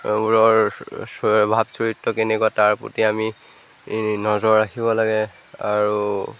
বোৰৰ স্বভাৱ চৰিত্ৰ কেনেকুৱা তাৰ প্ৰতি আমি নজৰ ৰাখিব লাগে আৰু